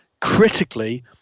critically